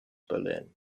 berlin